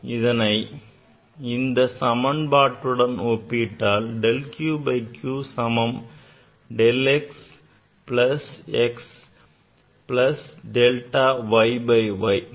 எனவே இதனை இந்த சமன்பாட்டுடன் ஒப்பிட்டால் delta q by q சமம் delta x plus x plus delta y by y